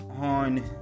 on